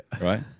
right